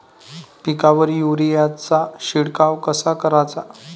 पिकावर युरीया चा शिडकाव कसा कराचा?